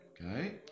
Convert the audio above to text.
Okay